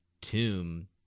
tomb